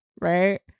right